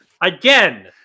Again